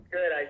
Good